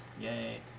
Yay